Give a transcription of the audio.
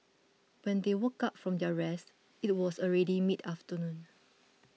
when they woke up from their rest it was already mid afternoon